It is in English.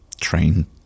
train